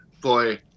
boy